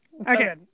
okay